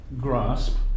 grasp